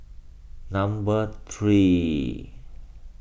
number three